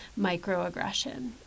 microaggression